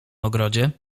ogrodzie